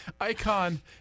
icon